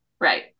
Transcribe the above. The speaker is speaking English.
Right